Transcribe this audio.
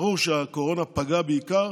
ברור שהקורונה פגעה בעיקר